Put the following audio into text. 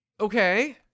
Okay